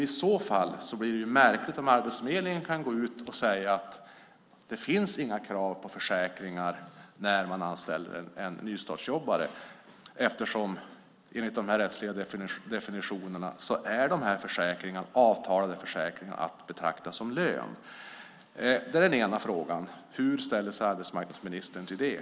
I så fall blir det märkligt om Arbetsförmedlingen kan säga att det inte finns några krav på försäkringar när man anställer en nystartsjobbare. Enligt de här rättsliga definitionerna är de här avtalade försäkringarna att betrakta som lön. Min fråga är: Hur ställer sig arbetsmarknadsministern till det?